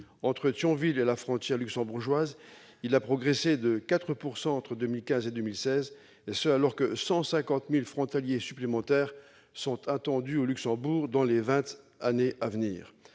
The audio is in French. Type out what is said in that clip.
entre Thionville et la frontière luxembourgeoise, il a progressé de 4 % entre 2015 et 2016, alors que 150 000 frontaliers supplémentaires sont attendus au Luxembourg dans les vingt années à venir.